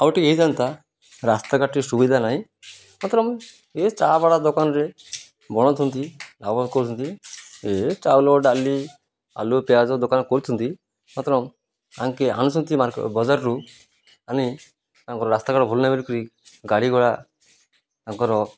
ଆଉ ଟିକେ ହେଇଥାନ୍ତା ରାସ୍ତାଘାଟ ଟିକେ ସୁବିଧା ନାହିଁ ମାତ୍ର ଏ ଚା ବରା ଦୋକାନରେ ବନାଉଛନ୍ତି ଆବସ କରୁଛନ୍ତି ଏ ଚାଉଳ ଡାଲି ଆଳୁ ପିଆଜ ଦୋକାନ କରୁଛନ୍ତି ମାତ୍ର ଆଙ୍କେ ଆଣୁଛନ୍ତି ବଜାରରୁ ଆଣି ତାଙ୍କର ରାସ୍ତାଘାଟ ଭଲ ନାହିଁ ବୋଲି କରି ଗାଡ଼ି ଘଡ଼ା ତାଙ୍କର